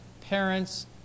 parents